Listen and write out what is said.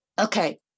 Okay